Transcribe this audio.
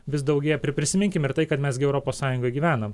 vis daugėja pri prisiminkim ir tai kad mes gi europos sąjungoj gyvenam